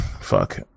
Fuck